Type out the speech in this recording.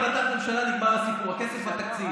תעביר החלטת ממשלה, נגמר הסיפור, הכסף בתקציב.